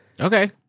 Okay